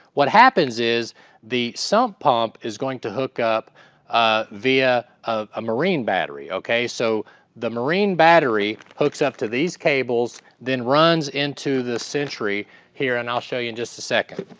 what happens is the sump pump is going to hook up ah via a marine battery, okay? so the marine battery hooks up to these cables, then runs into the sentry here, and i'll show you in just a second,